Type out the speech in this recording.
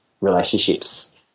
relationships